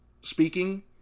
speaking